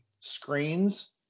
screens